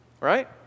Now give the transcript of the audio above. right